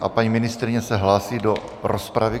A paní ministryně se hlásí do rozpravy.